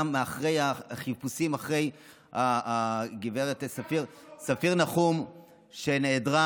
מאחורי החיפושים אחרי ספיר נחום שנעדרה.